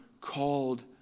called